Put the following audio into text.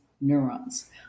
neurons